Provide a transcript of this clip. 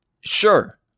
sure